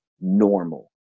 normal